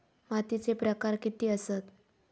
मातीचे प्रकार किती आसत?